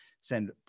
send